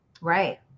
right